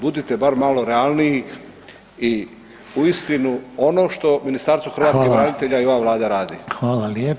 Budite bar malo realniji i uistinu ono što Ministarstvo hrvatskih branitelja [[Upadica Reiner: Hvala.]] i ova Vlada radi.